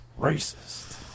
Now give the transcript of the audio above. racist